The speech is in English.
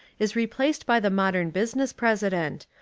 is replaced by the modern business president,